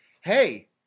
hey